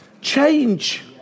change